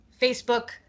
facebook